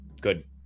good